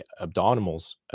abdominals